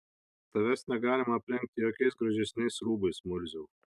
tavęs negalima aprengti jokiais gražesniais rūbais murziau